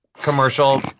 commercial